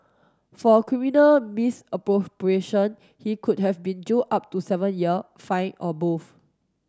for criminal misappropriation he could have been jailed up to seven year fined or both